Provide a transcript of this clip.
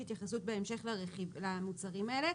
יש התייחסות בהמשך למוצרים האלה.